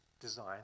design